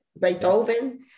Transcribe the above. Beethoven